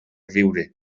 viure